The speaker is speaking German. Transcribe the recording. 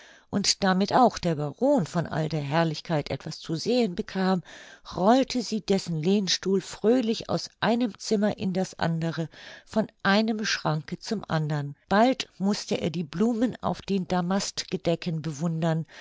und damit auch der baron von all der herrlichkeit etwas zu sehen bekam rollte sie dessen lehnstuhl fröhlich aus einem zimmer in das andere von einem schranke zum andern bald mußte er die blumen auf den damastgedecken bewundern